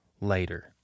Later